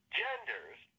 genders